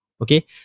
Okay